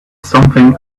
something